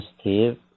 Steve